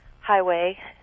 highway